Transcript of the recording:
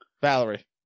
Valerie